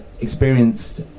experienced